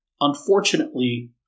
Unfortunately